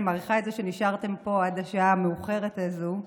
אני מעריכה את זה שנשארתם פה עד השעה המאוחרת הזו.